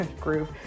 groove